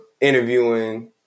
interviewing